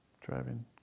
driving